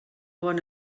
bon